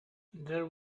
there